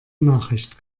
nachricht